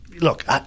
look